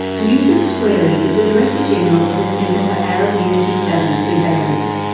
youssef choueiri is the director-general of the centre for arab unity studies in beirut.